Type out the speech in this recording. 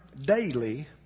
daily